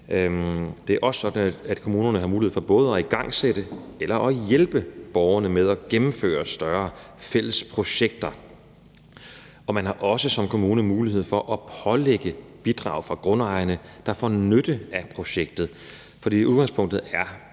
Det er også sådan, at kommunerne har mulighed for både at igangsætte og hjælpe borgerne med at gennemføre større fælles projekter. Man har også som kommune mulighed for at pålægge bidrag fra grundejerne, der får nytte af projektet. For udgangspunktet er,